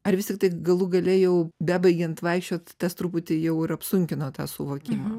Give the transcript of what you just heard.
ar vis tiktai galų gale jau bebaigiant vaikščiot tas truputį jau ir apsunkino tą suvokimą